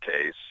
case